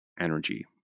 energy